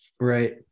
right